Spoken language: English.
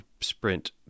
sprint